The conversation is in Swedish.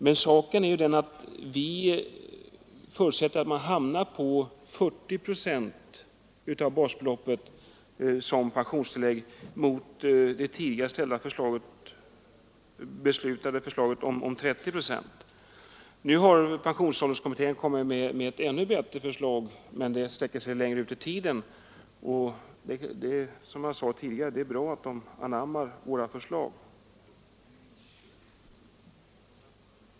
Men saken är den att vi förutsätter att man hamnar på 40 procent av basbeloppet som pensionstillägg mot enligt tidigare fattade beslut 30 procent. Nu har pensionsålderskommittén kommit med ett ännu bättre förslag, men det sträcker sig längre framåt i tiden. Det är som sagt bra att kommittén anammat våra förslag.